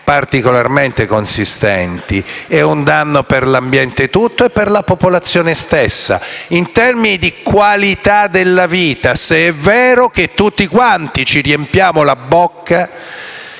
particolarmente consistenti è un danno per l'ambiente tutto e per la popolazione stessa in termini di qualità della vita, se è vero che tutti quanti ci riempiamo la bocca